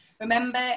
remember